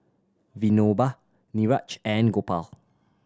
Vinoba Niraj and Gopal